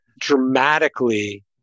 dramatically